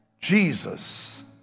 Jesus